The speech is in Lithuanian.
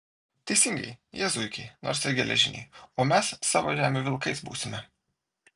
teisingai jie zuikiai nors ir geležiniai o mes savo žemių vilkais būsime